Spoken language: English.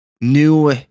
new